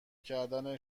کردن